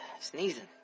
Sneezing